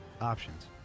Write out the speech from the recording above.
Options